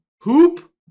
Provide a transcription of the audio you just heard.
Hoop